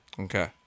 Okay